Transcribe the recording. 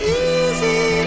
easy